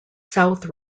south